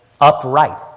upright